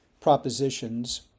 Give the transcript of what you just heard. Propositions